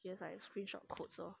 just like screenshot quotes lor